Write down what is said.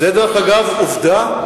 זאת, דרך אגב, עובדה.